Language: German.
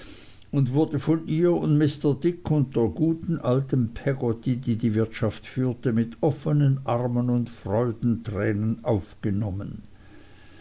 und wurde von ihr und mr dick und der guten alten peggotty die die wirtschaft führte mit offnen armen und freudentränen aufgenommen